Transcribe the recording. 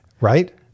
Right